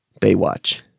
Baywatch